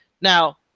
Now